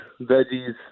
veggies